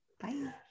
Bye